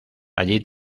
allí